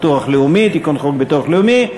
על תיקון חוק ביטוח לאומי.